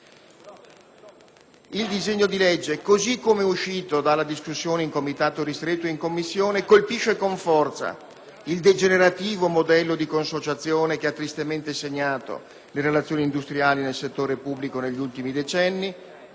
Il disegno di legge, così come è uscito dalla discussione, in sede di Comitato ristretto della Commissione, colpisce con forza il degenerativo modello di consociazione che ha tristemente segnato le relazioni industriali nel settore pubblico negli ultimi decenni.